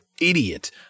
idiot